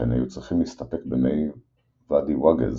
שכן היו צריכים להסתפק במי ואדי ווגז,